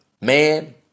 man